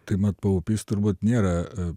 tai mat paupys turbūt nėra